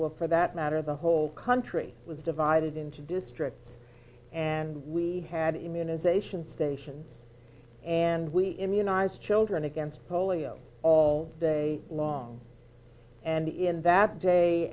work for that matter the whole country was divided into districts and we had immunization stations and we immunize children against polio all day long and in that day